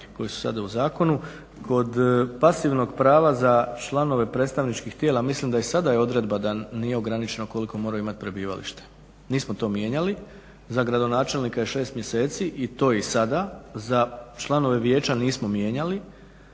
koje su i sada u zakonu. Kod pasivnog prava za članove predstavničkih tijela, mislim da i sada je odredba da nije ograničeno koliko moraju imati prebivalište. Nismo to mijenjali. Za gradonačelnika je 6 mjeseci, i to je i sada, za članove vijeća nismo mijenjali,